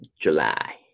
July